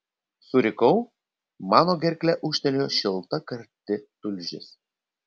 surikau mano gerkle ūžtelėjo šilta karti tulžis